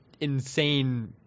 insane